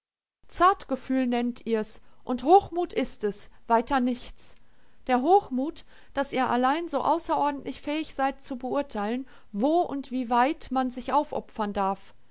zartgefühl nennt ihr's und hochmut ist es weiter nichts der hochmut daß ihr allein so außerordentlich fähig seid zu beurteilen wo und wieweit man sich aufopfern darf